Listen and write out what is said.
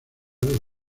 del